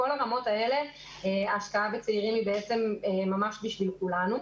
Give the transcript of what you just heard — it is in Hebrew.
בכל הרמות האלה ההשקעה בצעירים היא ממש בשביל כולנו.